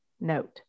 note